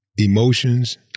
emotions